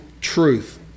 truth